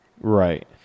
right